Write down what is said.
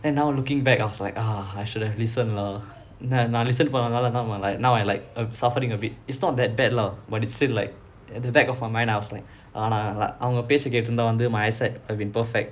and now looking back I was like ah I should at least listen lah now now listen பணத்தால்:panaththaal now I like uh suffering a bit it's not that bad lah but it's still like at the back of my mind I was like அவங்க பேச்சா கேட்டு இருந்த:avanga pecha kettu iruntha my eyesight have been perfect